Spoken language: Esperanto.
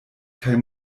kaj